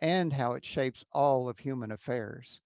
and how it shapes all of human affairs.